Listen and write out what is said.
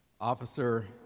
Officer